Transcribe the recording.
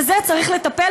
בזה צריך לטפל,